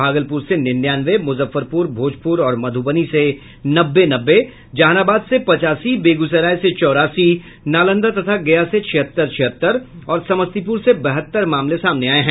भागलपुर से निन्यानवे मुजफ्फरपुर भोजपुर और मधुबनी से नब्बे नब्बे जहानाबाद से पचासी बेगूसराय से चौरासी नालंदा तथा गया से छिहत्तर छिहत्तर और समस्तीपुर से बहत्तर मामले सामने आये हैं